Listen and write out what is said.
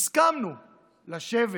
הסכמנו לשבת,